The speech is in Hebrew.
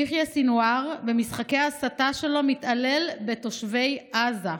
יחיא סנוואר, במשחקי ההסתה שלו, מתעלל בתושבי עזה.